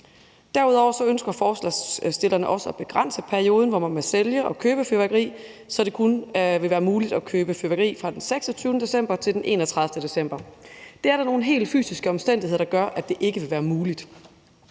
Derudover ønsker forslagsstillerne også at begrænse perioden, hvor man må sælge og købe fyrværkeri, så det kun vil være muligt at købe fyrværkeri fra den 26. december til den 31. december. Der er nogle helt fysiske omstændigheder, der gør, at det ikke vil være muligt.